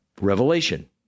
revelation